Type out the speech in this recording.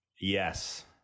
Yes